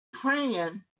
praying